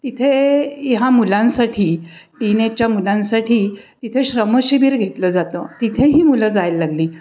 तिथे ह्या मुलांसाठी टीनेजच्या मुलांसाठी तिथे श्रमशिबीर घेतलं जातं तिथेही मुलं जायला लागली